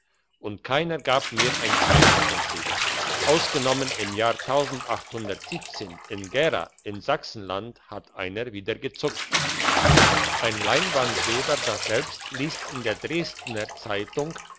und keiner gab mehr ein zeichen von sich ausgenommen im jahr in gera in sachsenland hat einer wieder gezuckt ein leinwandweber daselbst liest in der dresdner zeitung